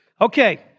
Okay